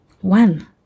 One